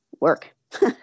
work